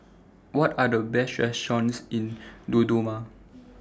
What Are The Best restaurants in Dodoma